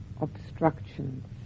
obstructions